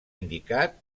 indicat